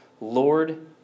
Lord